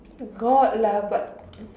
got lah but